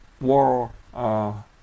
War